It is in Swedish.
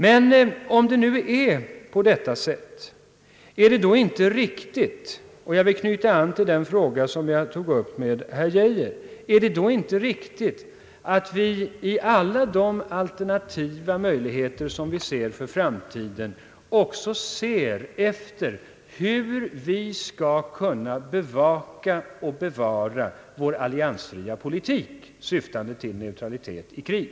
Men om det nu är på detta sätt — och jag vill knyta an till den fråga jag tog upp med herr Geijer — är det då inte riktigt att vi i alla de alternativa möjligheter som vi ser för framtiden också ser efter hur vi skall kunna bevaka och bevara vår alliansfria politik, syftande till neutralitet i krig?